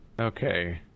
Okay